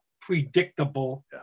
predictable